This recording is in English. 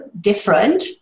different